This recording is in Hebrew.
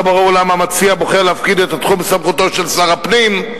לא ברור למה המציע בוחר להפקיד את התחום בסמכותו של שר הפנים,